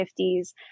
1950s